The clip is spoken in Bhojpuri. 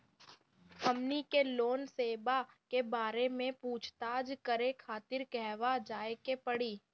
हमनी के लोन सेबा के बारे में पूछताछ करे खातिर कहवा जाए के पड़ी?